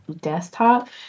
desktop